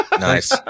Nice